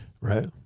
Right